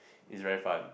is very fun